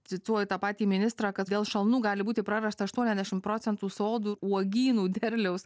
cituoju tą patį ministrą kad dėl šalnų gali būti prarasta aštuoniasdešim procentų sodų uogynų derliaus